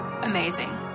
amazing